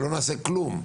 שלא נעשה כלום.